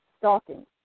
Stalking